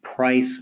price